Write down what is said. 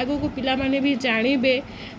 ଆଗୁକୁ ପିଲାମାନେ ବି ଜାଣିବେ